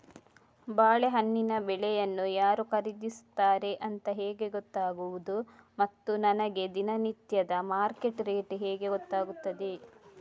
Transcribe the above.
ಬಾಳೆಹಣ್ಣಿನ ಬೆಳೆಯನ್ನು ಯಾರು ಖರೀದಿಸುತ್ತಾರೆ ಅಂತ ಹೇಗೆ ಗೊತ್ತಾಗುವುದು ಮತ್ತು ನನಗೆ ದಿನನಿತ್ಯದ ಮಾರ್ಕೆಟ್ ರೇಟ್ ಹೇಗೆ ಗೊತ್ತಾಗುತ್ತದೆ?